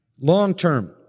Long-term